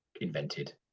invented